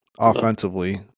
offensively